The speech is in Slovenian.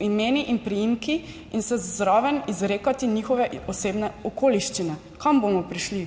imeni in priimki in se zraven izrekati njihove osebne okoliščine. Kam bomo prišli?